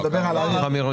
אני מדבר על ערים.